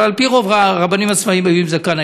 אבל על-פי רוב הרבנים הצבאיים היו עם זקן,